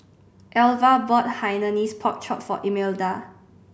Elva bought Hainanese Pork Chop for Imelda